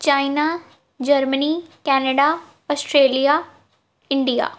China Germany Canada Australia India